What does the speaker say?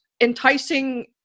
enticing